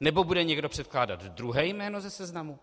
Nebo bude někdo předkládat druhé jméno ze seznamu?